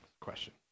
Question